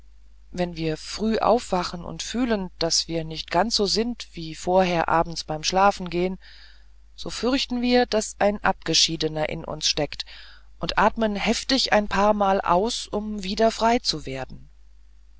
wenn wir früh aufwachen und fühlen daß wir nicht ganz so sind wie vorher abends beim schlafengehen so fürchten wir daß ein abgeschiedener in uns steckt und atmen heftig ein paarmal aus um wieder frei zu werden